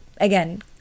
again